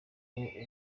boniface